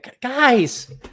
Guys